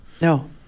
No